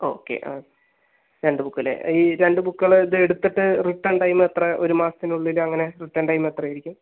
okay ആ രണ്ട് book അല്ലേ ഈ രണ്ട് ബുക്കുകൾ ഇത് എടുത്തിട്ട് റിട്ടേൺ ടൈം എത്രയാണ് ഒരു മാസത്തിനുള്ളിൽ അങ്ങനെ റിട്ടേൺ ടൈം എത്രയായിരിക്കും